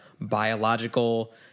biological